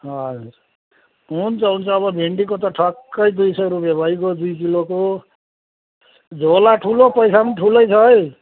हजुर हुन्छ हुन्छ अब भिन्डीको त ठक्कै दुई सौ रुपियाँ भइगयो दुई किलोको झोला ठुलो पैसा पनि ठुलै छ है